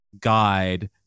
guide